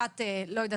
לא יודעת,